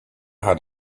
had